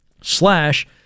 slash